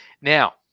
Now